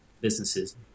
businesses